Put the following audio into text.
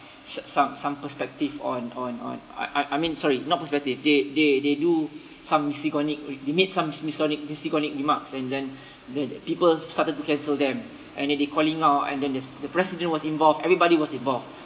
so~ some some perspective on on on I I I mean sorry not perspective they they they do some misogynic they made some misgyn~ misogynic remarks and then the the people started to cancel them and then they calling out and then there's the president was involved everybody was involved